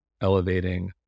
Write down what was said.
elevating